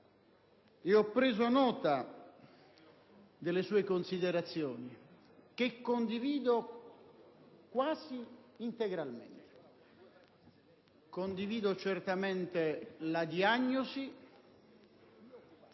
e ho preso nota delle sue considerazioni, che condivido quasi integralmente. Condivido certamente la diagnosi,